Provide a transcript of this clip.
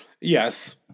Yes